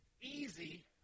easy